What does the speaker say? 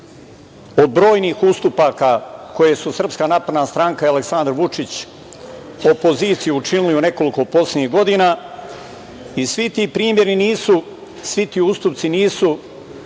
od brojnih ustupaka koje su SNS i Aleksandar Vučić opoziciji učinili u nekoliko poslednjih godina. Svi ti primeri, svi ti ustupci nisu